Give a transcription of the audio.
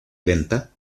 lenta